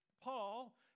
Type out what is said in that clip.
Paul